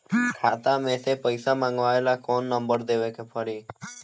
खाता मे से पईसा मँगवावे ला कौन नंबर देवे के पड़ी?